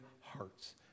hearts